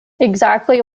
exactly